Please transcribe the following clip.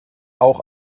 auch